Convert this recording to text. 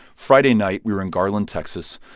friday night we were in garland, texas,